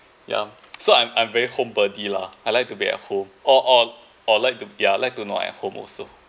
ya so I'm I'm very home body lah I like to be at home or or or like to ya like to not at home also